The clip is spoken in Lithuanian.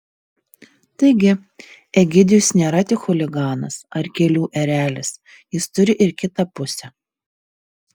taigi egidijus nėra tik chuliganas ar kelių erelis jis turi ir kitą pusę